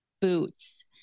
boots